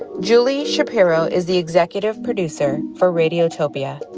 julie shapiro is the executive producer for radiotopia.